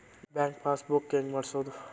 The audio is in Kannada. ಬ್ಯಾಂಕ್ ಪಾಸ್ ಬುಕ್ ಹೆಂಗ್ ಮಾಡ್ಸೋದು?